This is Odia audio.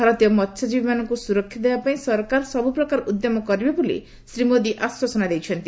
ଭାରତୀୟ ମହ୍ୟଜୀବୀମାନଙ୍କୁ ସୁରକ୍ଷା ଦେବାପାଇଁ ସରକାର ସବୁ ପ୍ରକାର ଉଦ୍ୟମ କରିବେ ବୋଲି ଶ୍ରୀ ମୋଦି ଆଶ୍ୱାସନା ଦେଇଛନ୍ତି